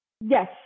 Yes